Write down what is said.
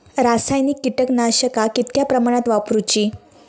रासायनिक कीटकनाशका कितक्या प्रमाणात वापरूची?